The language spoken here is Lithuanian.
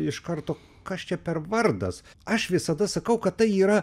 iš karto kas čia per vardas aš visada sakau kad tai yra